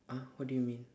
!huh! what do you mean